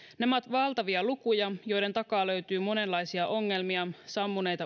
nämä ovat valtavia lukuja joiden takaa löytyy monenlaisia ongelmia sammuneita